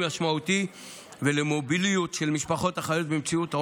משמעותי ולמוביליות של משפחות החיות במציאות עוני.